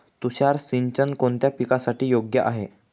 तुषार सिंचन कोणत्या पिकासाठी योग्य आहे?